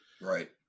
Right